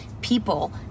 people